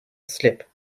slip